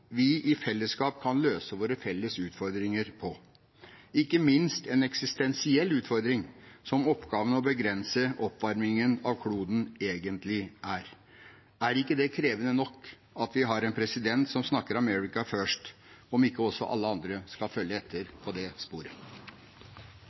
vi i fellesskap kan løse våre felles utfordringer på. Ikke minst en eksistensiell utfordring, som oppgaven å begrense oppvarmingen av kloden egentlig er. Er det ikke krevende nok at vi har en president som snakker om «America first», om ikke også alle andre skal følge